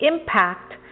impact